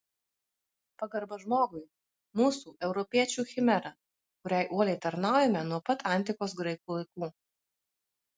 pagarba žmogui mūsų europiečių chimera kuriai uoliai tarnaujame nuo pat antikos graikų laikų